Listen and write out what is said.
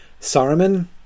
Saruman